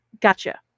Gotcha